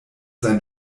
sein